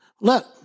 look